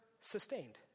sustained